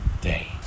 day